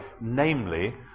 namely